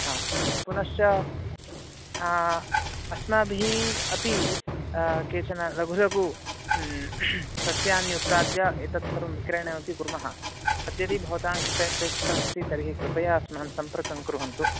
हा पुनश्च अस्माभिः अपि केचन लघु लघु सस्यानि उत्पाद्य एतत् सर्वं विक्रयणमपि कुर्मः अद्य यदि भवतां कृते अपेक्षितमस्ति तर्हि कृपया अस्मान् सम्पर्कं कुर्वन्तु